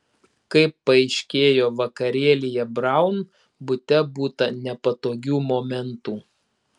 kaip paaiškėjo vakarėlyje braun bute būta nepatogių momentų